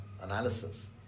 analysis